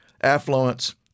affluence